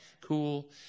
cool